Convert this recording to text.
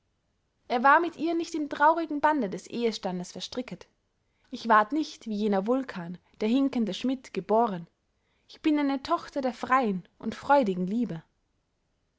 er war mit ihr nicht im traurigen bande des ehestandes verstricket ich ward nicht wie jener vulkan der hinkende schmidt gebohren ich bin eine tochter der freyen und freudigen liebe